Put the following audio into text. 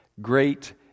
Great